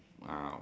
ah